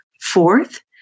Fourth